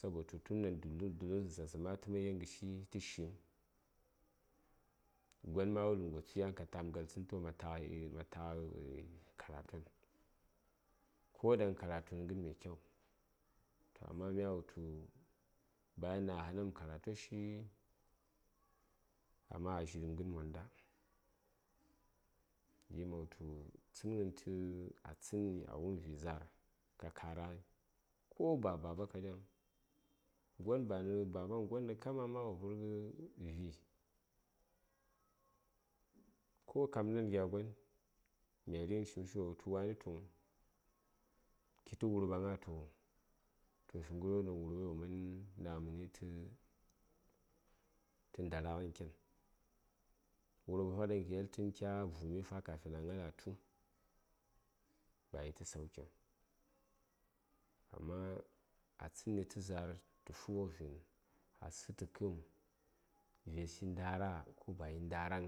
sabotu tun ɗaŋ dullu dulluŋsə zarsə ma tə yel ngəshi tə shim gon ma a wulgos tu yan katam galtsən ma taghə karatu ko ɗaŋ karatu nə gən mya kyau amma mya wutu bayawon ɗaŋ a hanam karatushi amma adzidəm ghən monda gi ma wutu tsəngɦən tə a tsənni a wum vik za:r ka kara ghai ko ba baba kaɗaiŋ gon ba nə baba kaden gon nə kama wo vərghə vi ko kamden gya gon mya righən cinshi wo wutu wani tu um kiti wurɓa gna uh toh fi ghərwon ɗaŋ wo man naghə məni tə ndaraghən ken wurɓa fa ɗaŋ kə yelən ca vumi fa kafin a gnal a tu bayi tə saukiŋ amma a tsənni tə za:r tə fughə vi toh a sa:tə kə:m ves yi ndara ko bayi ndaraŋ